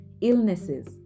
illnesses